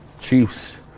chiefs